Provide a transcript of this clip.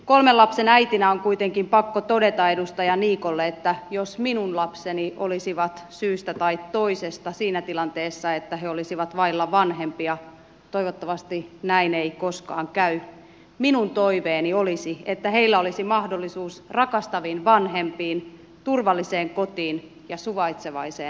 kolmen lapsen äitinä on kuitenkin pakko todeta edustaja niikolle että jos minun lapseni olisivat syystä tai toisesta siinä tilanteessa että he olisivat vailla vanhempia toivottavasti näin ei koskaan käy minun toiveeni olisi että heillä olisi mahdollisuus rakastaviin vanhempiin turvalliseen kotiin ja suvaitsevaiseen ympäristöön